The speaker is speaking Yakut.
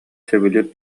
сөбүлүүр